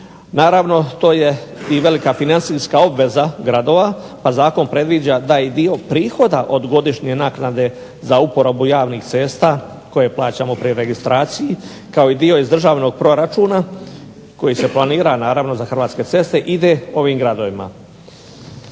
Naravno, to je i velika financijska obveza gradova, pa zakon predviđa da i dio prihoda od godišnje naknade za uporabu javnih sredstva koje plaćamo pri registraciji kao i dio iz državnog proračuna koji se planira naravno za Hrvatske ceste ide ovim gradovima.